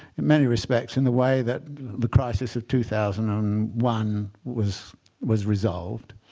in many respects, in the way that the crisis of two thousand and one was was resolved,